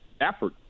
effort